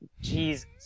Jesus